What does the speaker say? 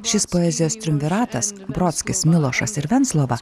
šis poezijos triumviratas brodskis milošas ir venclova